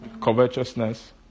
covetousness